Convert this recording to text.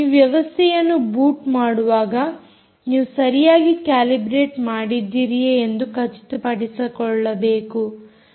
ನೀವು ವ್ಯವಸ್ಥೆಯನ್ನು ಬೂಟ್ ಮಾಡುವಾಗ ನೀವು ಸರಿಯಾಗಿ ಕ್ಯಾಲಿಬ್ರೆಟ್ ಮಾಡಿದ್ದೀರಿಯೇ ಎಂದು ಖಚಿತಪಡಿಸಿಕೊಳ್ಳಬೇಕು